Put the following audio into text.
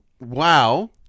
wow